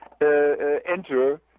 enter